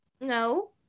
No